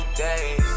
days